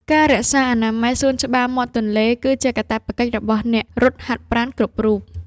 ការរក្សាអនាម័យសួនច្បារមាត់ទន្លេ គឺជាកាតព្វកិច្ចរបស់អ្នករត់ហាត់ប្រាណគ្រប់រូប។